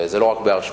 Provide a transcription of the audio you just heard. זה לא רק בהר-שמואל,